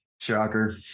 Shocker